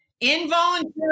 Involuntary